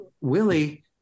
Willie